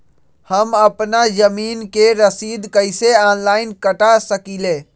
हम अपना जमीन के रसीद कईसे ऑनलाइन कटा सकिले?